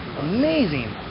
amazing